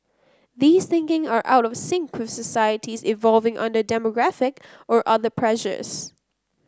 these thinking are out of sync societies evolving under demographic or other pressures